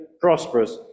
prosperous